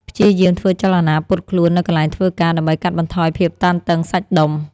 ព្យាយាមធ្វើចលនាពត់ខ្លួននៅកន្លែងធ្វើការ ដើម្បីកាត់បន្ថយភាពតានតឹងសាច់ដុំ។